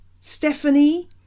stephanie